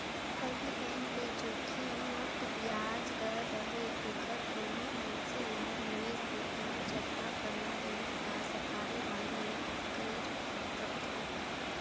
ऐही एंग ले जोखिम मुक्त बियाज दर रहें ऐखर कोनो मइनसे ल निवेस भी कोनो जघा करना रही त सरकारी बांड मे कइर सकथे